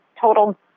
total